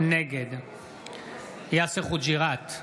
נגד יאסר חוג'יראת,